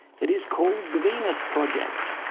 it is called the venus project.